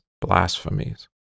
blasphemies